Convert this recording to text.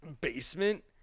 basement